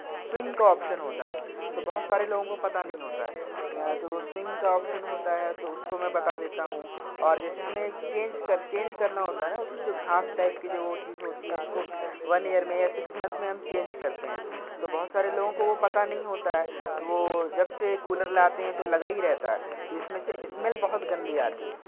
swing کا option ہوتا ہے تو بہت سارے لوگوں کو پتہ نہیں ہوتا ہے تو وہ سوئنگ کا آپشن ہوتا ہے تو اس کو میں بتا دیتا ہوں اور جیسے ہمیں چینج کر چینج کرنا ہوتا ہے نا اس کی جو گھاس ٹائپ کی جو وہ چیز ہوتی ہے اس کو ون ایئر میں یا سکس منتھ میں ہم چینج کرتے ہیں تو بہت سارے لوگوں کو وہ پتہ نہیں ہوتا ہے تو وہ جب سے کولر لاتے ہیں تو لگا ہی رہتا ہے تو اس میں سے اسمیل بہت گندی آتی ہے